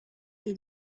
est